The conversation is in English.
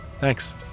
thanks